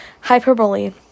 hyperbole